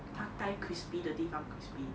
它该 crispy 的地方 crispy